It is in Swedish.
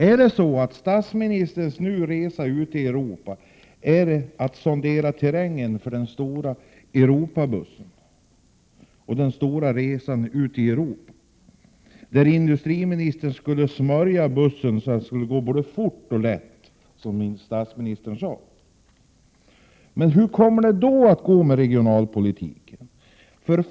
Är syftet med statsministerns resa ute i Europa att sondera terrängen för den stora ”Europabuss”, som industriministern skulle smörja så att den kunde gå både fort och lätt, som statsministern sade? Hur kommer det då att gå med regionalpolitiken?